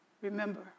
Remember